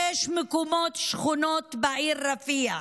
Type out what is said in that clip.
כללה הפצצות בשישה מקומות, שכונות, בעיר רפיח,